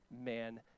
man